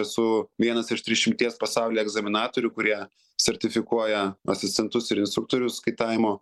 esu vienas iš trisdešimties pasaulyje egzaminatorių kurie sertifikuoja asistentus ir instruktorius kaitavimo